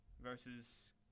versus